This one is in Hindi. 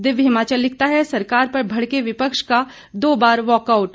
दिव्य हिमाचल लिखता है सरकार पर भड़के विपक्ष का दो बार वाकआऊट